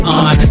on